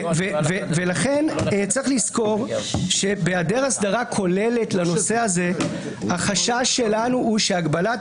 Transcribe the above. לכן צריך לזכור שבהיעדר הסדרה כוללת לנושא הזה החשש שלנו הוא שהגבלת